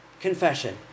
confession